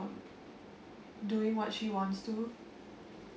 doing what she wants to